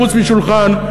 חוץ משולחן.